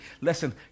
listen